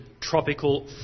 Tropical